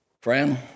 Friend